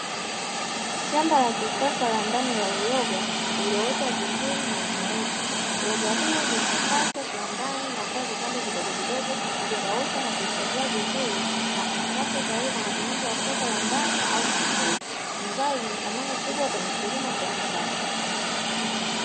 Shamba la kisasa la ndani la uyoga ulioota vizuri na ni mweusi, uyoga huu huchakatwa kiwandani na kuwa vipande vidogovidogo, hukaushwa na kuhifadhiwa vizuri na kufungashwa tayari kwa matumizi ya soko la ndani au kimataifa, ni zao lenye thamani kubwa kwenye kilimo cha kisasa.